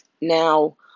Now